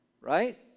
right